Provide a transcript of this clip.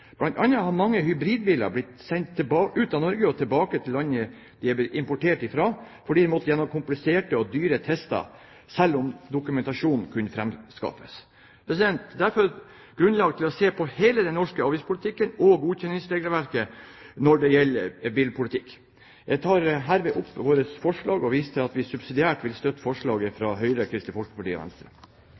har mange hybridbiler blitt sendt ut av Norge og tilbake til landet de ble importert fra, fordi de måtte igjennom kompliserte og dyre tester selv om dokumentasjon kunne framskaffes. Det er derfor grunnlag for å se på hele den norske avgiftspolitikken og godkjenningsregelverket når det gjelder bilpolitikk. Jeg tar herved opp vårt forslag og viser til at vi subsidiært vil støtte forslaget fra Høyre, Kristelig Folkeparti og Venstre.